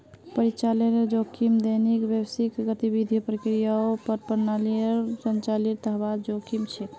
परिचालनेर जोखिम दैनिक व्यावसायिक गतिविधियों, प्रक्रियाओं आर प्रणालियोंर संचालीतेर हबार जोखिम छेक